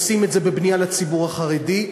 עושים את זה בבנייה לציבור החרדי,